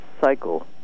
cycle